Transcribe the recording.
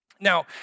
Now